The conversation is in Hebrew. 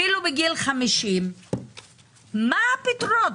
אפילו בגיל 50. מה הפתרונות?